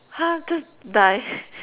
!huh! just die